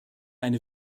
eine